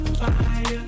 fire